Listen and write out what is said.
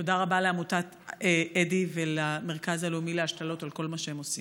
תודה רבה לעמותת אדי ולמרכז הלאומי להשתלות על כל מה שהם עושים.